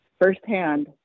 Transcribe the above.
firsthand